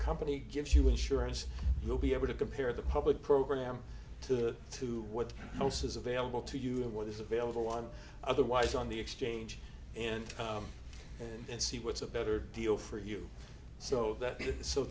company gives you will sure as you'll be able to compare the public program to to what else is available to you and what is available on otherwise on the exchange and and see what's a better deal for you so that